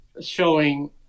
Showing